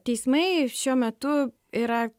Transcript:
teismai šiuo metu yra